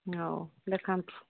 ହେଉ ଦେଖାନ୍ତୁ